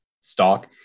stock